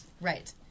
Right